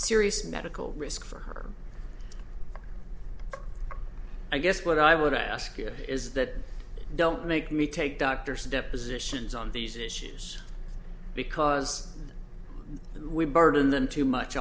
serious medical risk for her i guess what i would ask you is that don't make me take doctor's depositions on these issues because we burden them too much